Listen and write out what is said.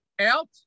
out